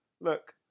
Look